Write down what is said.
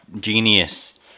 genius